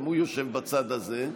גם הוא יושב בצד הזה,